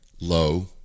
Low